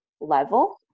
level